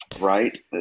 Right